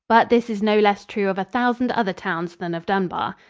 but this is no less true of a thousand other towns than of dunbar.